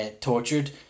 tortured